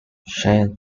shane